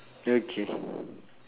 okay